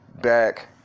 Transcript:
back